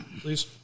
please